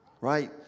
right